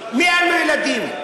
מי אין לו ילדים?